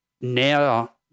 now